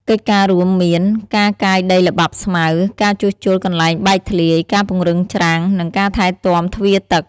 កិច្ចការរួមមាន ការកាយដីល្បាប់ស្មៅ ការជួសជុលកន្លែងបែកធ្លាយ ការពង្រឹងច្រាំង និងការថែទាំទ្វារទឹក។